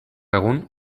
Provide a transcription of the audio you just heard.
egun